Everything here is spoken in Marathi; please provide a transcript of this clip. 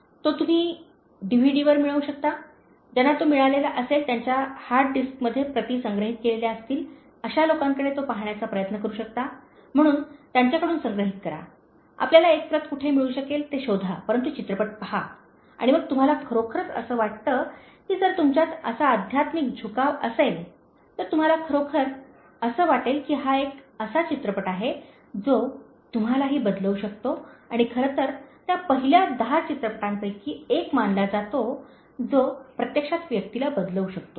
तो तुम्ही डीव्हीडीवर मिळवू शकता ज्यांना तो मिळालेला असेल त्यांच्या हार्ड डिस्कमध्ये प्रती संग्रहित केलेल्या असतील अशा लोकांकडून तो पहाण्याचा प्रयत्न करू शकता म्हणून त्यांच्याकडून संग्रहित करा आपल्याला एक प्रत कुठे मिळू शकेल ते शोधा परंतु चित्रपट पहा आणि मग तुम्हाला खरोखरच असे वाटते की जर तुमच्यात असा आध्यात्मिक झुकाव असेल तर तुम्हाला खरोखर असे वाटेल की हा एक असा चित्रपट आहे जो तुम्हालाही बदलवू शकतो आणि खरे तर त्या पहिल्या १० चित्रपटांपैकी एक मानला जातो जो प्रत्यक्षात व्यक्तीला बदलू शकतो